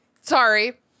Sorry